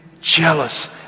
jealous